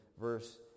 verse